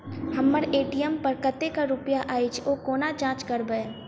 हम्मर ए.टी.एम पर कतेक रुपया अछि, ओ कोना जाँच करबै?